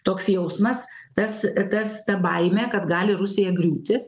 toks jausmas tas tas ta baimė kad gali rusija griūti